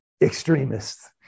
extremists